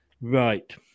Right